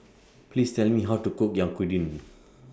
Please Tell Me How to Cook Yaki Udon